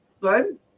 good